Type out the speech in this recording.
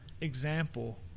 example